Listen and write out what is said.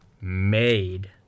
made